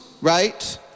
right